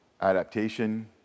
adaptation